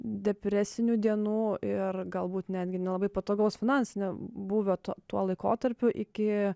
depresinių dienų ir galbūt netgi nelabai patogaus finansinio būvio tuo tuo laikotarpiu iki